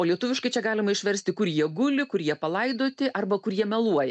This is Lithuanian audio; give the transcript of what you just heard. o lietuviškai čia galima išversti kur jie guli kur jie palaidoti arba kur jie meluoja